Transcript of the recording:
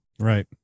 Right